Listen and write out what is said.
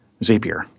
Zapier